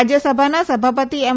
રાજ્યસભાના સભાપતિ એમ